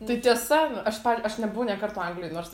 tai tiesa aš pav aš nebuvau nė karto anglijoj nors